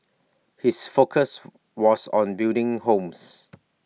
his focus was on building homes